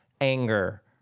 anger